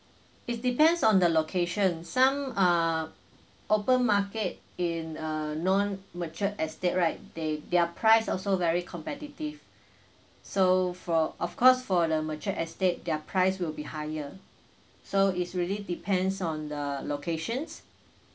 it's depends on the location some are open market in a non mature estate right they their price also very competitive so for of course for the mature estate their price will be higher so it's really depends on the locations